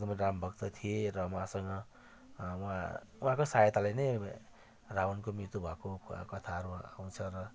एकदमै रामभक्त थिए र उहाँसँग उहाँ उहाँको सहायताले नै रावणको मृत्यु भएको कथाहरू आउँछ र